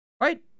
Right